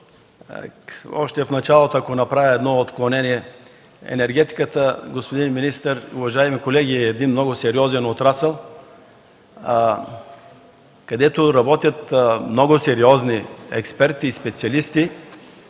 Още в началото ще направя едно отклонение. Господин министър, уважаеми колеги, енергетиката е много сериозен отрасъл, където работят много сериозни експерти и специалисти,